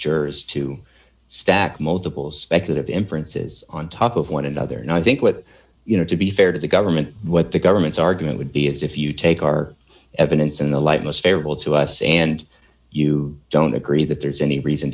jurors to stack multiple speculative inferences on top of one another and i think what you know to be fair to the government what the government's argument would be is if you take our evidence in the light most favorable to us and you don't agree that there's any reason